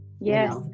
Yes